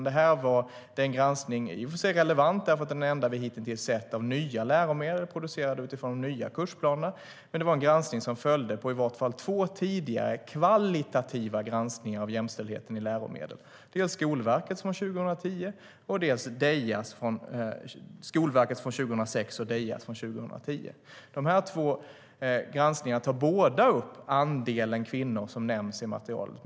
Det här var i och för sig en relevant granskning, för det är den enda vi hitintills sett av nya läromedel, producerade utifrån de nya kursplanerna. Men det var en granskning som följde på i vart fall två tidigare kvalitativa granskningar av jämställdheten i läromedel: Skolverkets från 2006 och Dejas från 2010.De här två granskningarna tar båda upp andelen kvinnor som nämns i materialet.